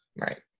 Right